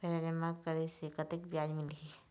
पैसा जमा करे से कतेक ब्याज मिलही?